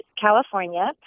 California